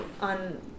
on